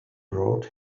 brought